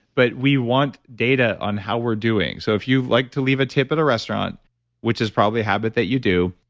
but we want data on how we're doing. so if you like to leave a tip at a restaurant which is probably a habit that you do,